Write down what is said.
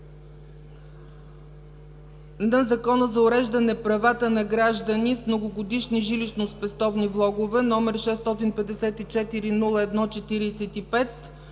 на Закона за уреждане правата на граждани с многогодишни жилищно-спестовни влогове, № 654-01-45,